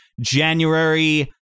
January